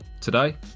Today